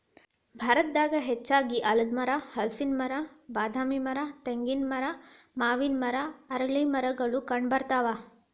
ಭಾರತದಾಗ ಹೆಚ್ಚಾಗಿ ಆಲದಮರ, ಹಲಸಿನ ಮರ, ಬಾದಾಮಿ ಮರ, ತೆಂಗಿನ ಮರ, ಮಾವಿನ ಮರ, ಅರಳೇಮರಗಳು ಕಂಡಬರ್ತಾವ